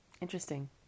Interesting